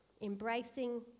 Embracing